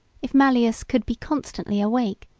if mallius could be constantly awake,